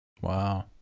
Wow